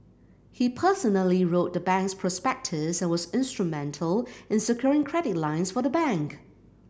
he personally wrote the bank's prospectus and was instrumental in securing credit lines for the bank